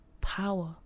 power